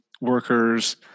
workers